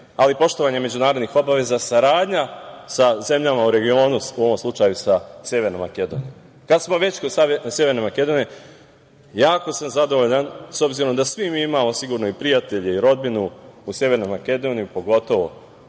ali poštovanje međunarodnih obaveza, saradnja sa zemljama u regionu, u ovom slučaju sa Severnom Makedonijom. Kad smo već kod Severne Makedonije, jako sam zadovoljan, s obzirom da svi mi imamo sigurno i prijatelje i rodbinu u Severnoj Makedoniji, pogotovo